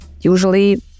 usually